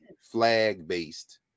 flag-based